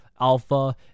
alpha